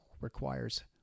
requires